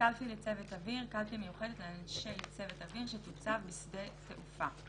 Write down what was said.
"קלפי לצוות אוויר" קלפי מיוחדת לאנשי צוות אוויר שתוצב בשדה תעופה,